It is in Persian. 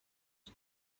ضرب